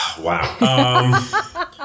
Wow